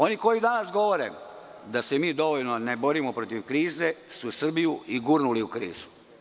Oni koji danas govore da se mi dovoljno ne borimo protiv krize su Srbiju i gurnuli u krizu.